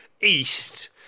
east